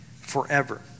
forever